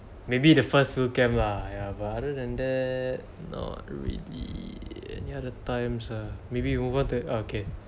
maybe the first few camp lah yeah but other than that not really err any other times ah maybe over to ah okay